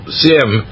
sim